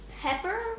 Pepper